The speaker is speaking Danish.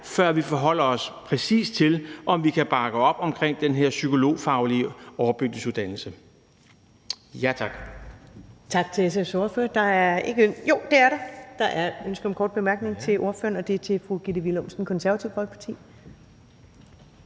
før vi forholder os til, om vi kan bakke op om den her psykologfaglige overbygningsuddannelse.